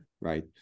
Right